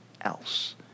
else